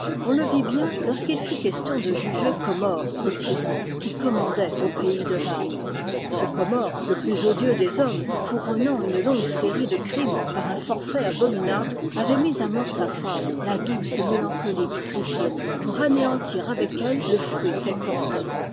on le vit bien lorsqu'il fut question de juger comorre le tyran qui commandait au pays de vannes ce comorre le plus odieux des hommes couronnant une longue série de crimes par un forfait abominable avait mis à mort sa femme la douce et mélancolique tryphine pour anéantir avec elle le fruit qu'elle portait